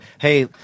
Hey